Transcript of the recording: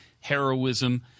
heroism